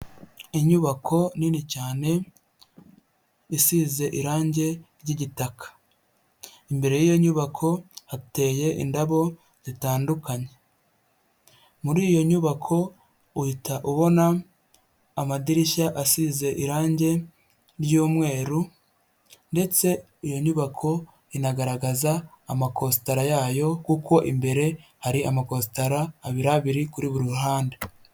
Inyubako nini cyane isize irangi ry'igitaka, imbere y'iyo nyubako hateye indabo zitandukanye, muri iyo nyubako uhita ubona amadirishya asize irangi ry'umweru, ndetse iyo nyubako inagaragaza amakositara yayo kuko imbere hari amaposita abiri abiri kuri buri ruhande.